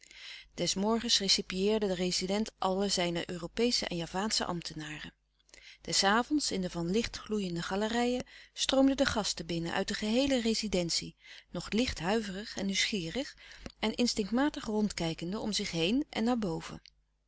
des morgens recepieerde de rezident alle zijne europeesche en javaansche ambtenaren des avonds in de van licht gloeiende galerijen stroomden de gasten binnen uit de geheele rezidentie nog licht huiverig en nieuwsgierig en instinctmatig rondkijkende om zich heen en naar boven